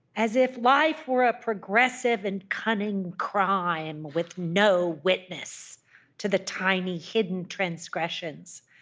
as if life were a progressive and cunning crime with no witness to the tiny hidden transgressions.